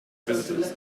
visitors